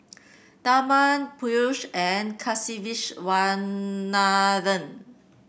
Tharman Peyush and Kasiviswanathan